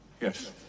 Yes